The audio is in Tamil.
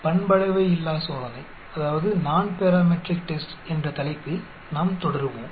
பண்பளவையில்லா சோதனை என்ற தலைப்பில் நாம் தொடருவோம்